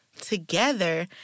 Together